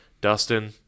Dustin